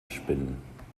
spinnen